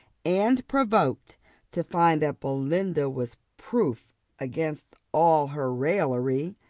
and provoked to find that belinda was proof against all her raillery,